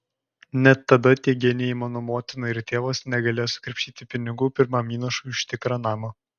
net tada tie genijai mano motina ir tėvas negalėjo sukrapštyti pinigų pirmam įnašui už tikrą namą